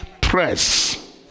press